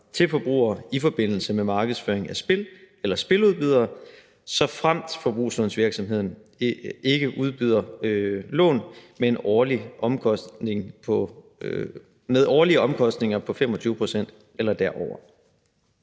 til forbrugere i forbindelse med markedsføring af spil eller spiludbydere, såfremt forbrugslånsvirksomheden ikke udbyder lån med årlige omkostninger på 25 pct. eller derover.